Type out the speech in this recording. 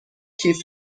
کیف